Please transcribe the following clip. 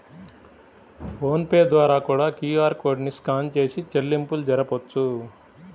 phone pay ద్వారా కూడా QR code ని స్కాన్ చేసి చెల్లింపులు జరపొచ్చు